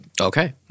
Okay